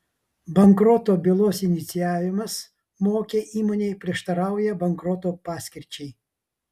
bankroto bylos inicijavimas mokiai įmonei prieštarauja bankroto paskirčiai